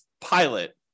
pilot